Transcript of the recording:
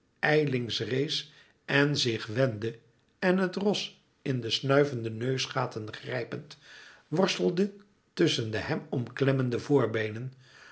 ijlings rees en zich wendde en het ros in de snuivende neusgaten grijpend worstelde tusschen de hem omklemmende voorbeenen